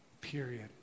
Period